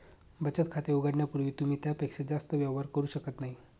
बचत खाते उघडण्यापूर्वी तुम्ही त्यापेक्षा जास्त व्यवहार करू शकत नाही